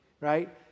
right